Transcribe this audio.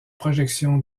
projection